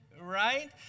right